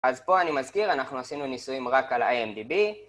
אז פה אני מזכיר, אנחנו עשינו ניסויים רק על ה-IMDB.